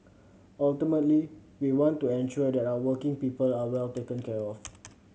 ultimately we want to ensure that our working people are well taken care of